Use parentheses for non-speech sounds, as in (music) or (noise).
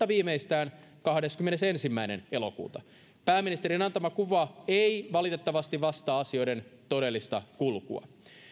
(unintelligible) viimeistään kahdeskymmenesensimmäinen kahdeksatta pääministerin antama kuva ei vastaa asioiden todellista kulkua